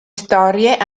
storie